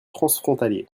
transfrontalier